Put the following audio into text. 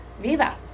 viva